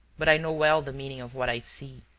but i know well the meaning of what i see.